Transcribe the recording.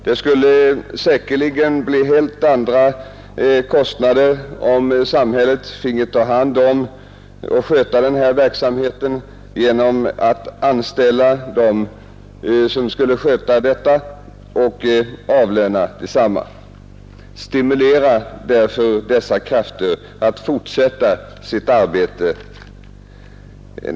Det skulle säkerligen bli helt andra kostnader, om samhället fick ta hand om och bedriva denna verksamhet, eftersom samhället då fick anställa och avlöna personal. Stimulera därför dessa frivilliga krafter att fortsätta sitt arbete.